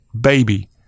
baby